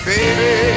Baby